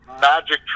magic